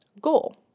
Goal